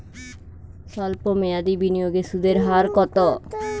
সল্প মেয়াদি বিনিয়োগে সুদের হার কত?